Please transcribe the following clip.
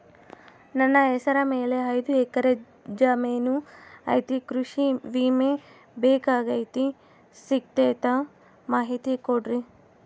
ನನ್ನ ಹೆಸರ ಮ್ಯಾಲೆ ಐದು ಎಕರೆ ಜಮೇನು ಐತಿ ಕೃಷಿ ವಿಮೆ ಬೇಕಾಗೈತಿ ಸಿಗ್ತೈತಾ ಮಾಹಿತಿ ಕೊಡ್ರಿ?